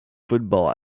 football